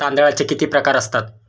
तांदळाचे किती प्रकार असतात?